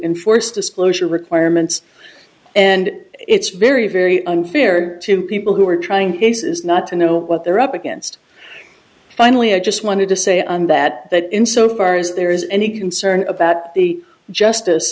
enforce disclosure requirements and it's very very unfair to people who are trying cases not to know what they're up against finally i just wanted to say on that that in so far as there is any concern about the justice